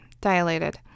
dilated